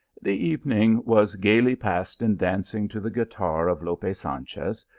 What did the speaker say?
the evening was gaily passed in dancing to the guitar of lope sanchez,